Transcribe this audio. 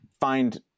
find